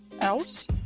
else